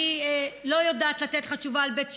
אני לא יודעת לתת לך תשובה על בית שאן,